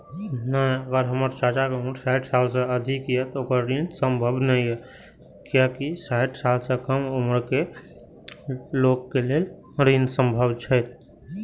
अगर हमर चाचा के उम्र साठ साल से अधिक या ते हमर चाचा के लेल ऋण प्राप्त करब संभव होएत?